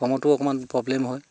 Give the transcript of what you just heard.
কমতো অকণমান প্ৰব্লেম হয়